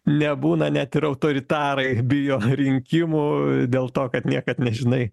nebūna net ir autoritarai bijo rinkimų dėl to kad niekad nežinai